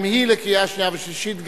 גם היא לקריאה שנייה ושלישית,